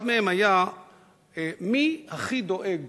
אחד מהם היה מי הכי דואג